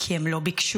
כי הם לא ביקשו.